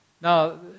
Now